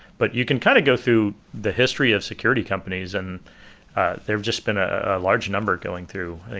but you can kind of go through the history of security companies and there have just been a large number going through.